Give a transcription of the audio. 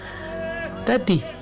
Daddy